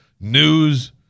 news